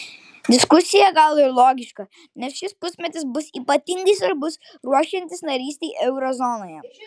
diskusija gal ir logiška nes šis pusmetis bus ypatingai svarbus ruošiantis narystei euro zonoje